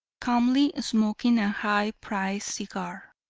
calmly smoking a high-priced cigar.